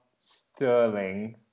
Sterling